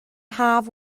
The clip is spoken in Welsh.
haf